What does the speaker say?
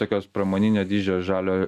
tokios pramoninio dydžio žalio